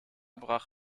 brach